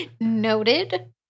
Noted